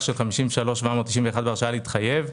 של 53,791 אלפי שקלים בהרשאה להתחייב.